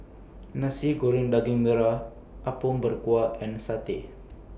Nasi Goreng Daging Merah Apom Berkuah and Satay